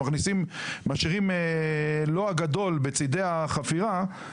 כשמשאירים לוע גדול בצדי החפירה,